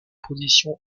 position